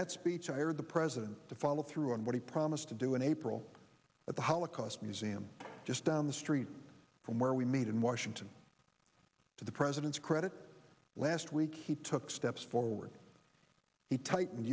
that speech i heard the president to follow through on what he promised to do in april at the holocaust museum just down the street from where we meet in washington to the president's credit last week he took steps forward he tightened